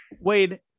Wade